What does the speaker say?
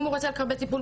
אם הוא רוצה לקבל טיפול,